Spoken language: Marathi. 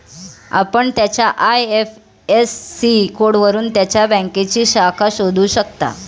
आपण त्याच्या आय.एफ.एस.सी कोडवरून त्याच्या बँकेची शाखा शोधू शकता